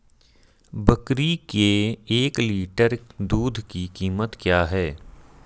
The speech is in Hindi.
बकरी के एक लीटर दूध की कीमत क्या है?